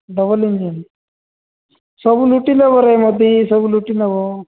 double engine ସବୁ ଲୁଟି ନେବରେ ମୋଦୀ ସବୁ ଲୁଟି ନେବ